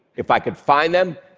if i could find them,